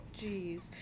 Jeez